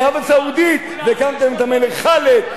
לערב-הסעודית והקמתם את המלך ח'אלד,